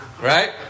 right